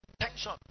Tension